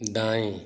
दाएँ